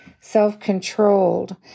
self-controlled